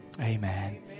Amen